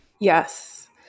Yes